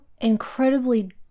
incredibly